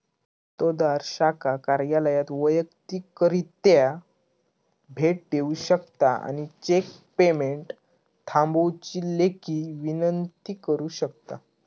खातोदार शाखा कार्यालयात वैयक्तिकरित्या भेट देऊ शकता आणि चेक पेमेंट थांबवुची लेखी विनंती करू शकता